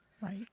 Right